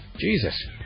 Jesus